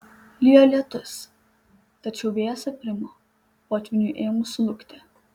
lijo lietus tačiau vėjas aprimo potvyniui ėmus slūgti